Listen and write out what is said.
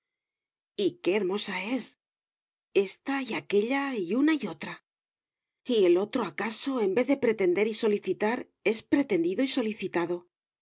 qué hermosa es ésta y aquélla una y otra y el otro acaso en vez de pretender y solicitar es pretendido y solicitado